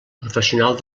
professional